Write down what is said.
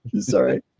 Sorry